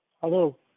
Hello